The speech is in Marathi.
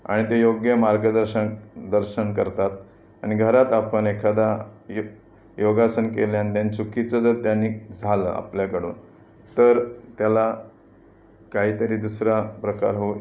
आणि ते योग्य मार्गदर्शन दर्शन करतात आणि घरात आपण एखादा य योगासन केले आणि त्यान चुकीचं जर त्यानी झालं आपल्याकडून तर त्याला काहीतरी दुसरा प्रकार होऊ